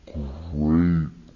great